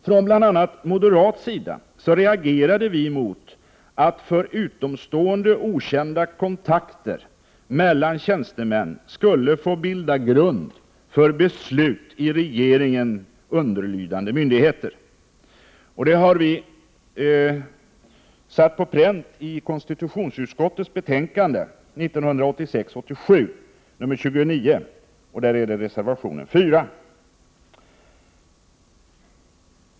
Från bl.a. moderat sida reagerade vi mot att för utomstående okända kontakter mellan tjänstemän skulle få bilda grund för beslut i regeringen underlydande myndigheter. Detta har vi satt på pränt i konstitutionsutskottets betänkande 1986/87:29, reservation 4.